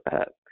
up